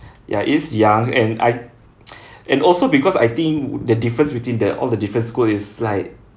ya is young and I and also because I think the difference between the all the different school is like